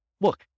look